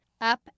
Up